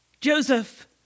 Joseph